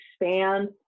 expand